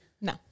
No